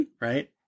Right